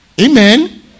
Amen